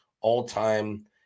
all-time